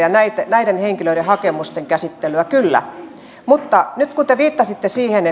tulevien henkilöiden hakemusten käsittelyä kyllä mutta nyt kun te viittasitte siihen